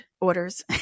orders